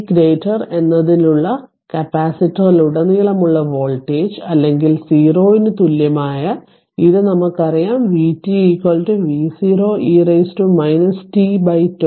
T എന്നതിനുള്ള കപ്പാസിറ്ററിലുടനീളമുള്ള voltage അല്ലെങ്കിൽ 0 ന് തുല്യമായ ഇത് നമുക്കറിയാം v t V0 e t τ